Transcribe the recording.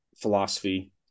philosophy